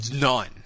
None